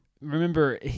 Remember